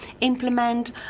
implement